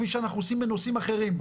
כפי שאנחנו עושים בנושאים אחרים.